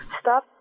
Stop